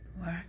work